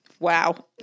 Wow